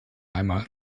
einmal